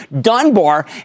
Dunbar